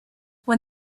when